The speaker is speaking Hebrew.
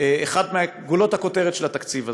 אחת מגולות הכותרת של התקציב הזה.